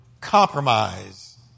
compromise